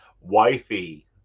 Wifey